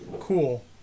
cool